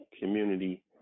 community